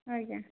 ଆଜ୍ଞା